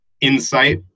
insight